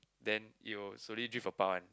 then it will slowly drift apart one